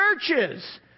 churches